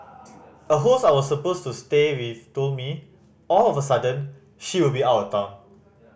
a host I was supposed to stay with told me all of a sudden she would be out of town